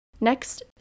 Next